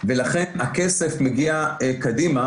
ולכן הכסף מגיע קדימה,